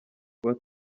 kuba